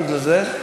בגלל זה?